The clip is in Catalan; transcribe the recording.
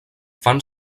fan